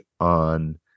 on